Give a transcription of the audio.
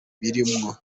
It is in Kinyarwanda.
birimwo